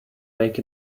make